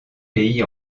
pays